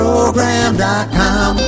Program.com